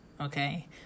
okay